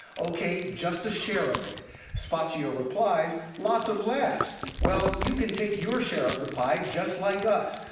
okay, just a share of it spaccia replies, lots of laughs. well, you can take your share of the pie just like us.